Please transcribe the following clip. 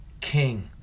king